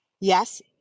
yes